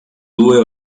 due